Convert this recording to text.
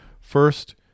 First